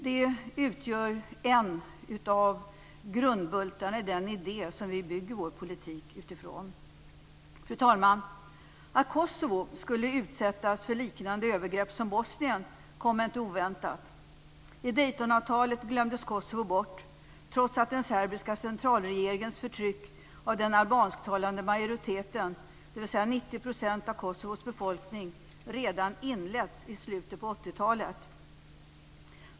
Det utgör en av grundbultarna i den idé som vi bygger vår politik utifrån. Fru talman! Att Kosovo skulle utsättas för liknande övergrepp som Bosnien kom inte oväntat. I Daytonavtalet glömdes Kosovo bort trots att den serbiska centralregeringens förtryck av den albansktalande majoriteten, dvs. 90 % av Kosovos befolkning, redan inletts i slutet på 80-talet.